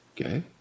Okay